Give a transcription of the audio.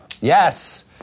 Yes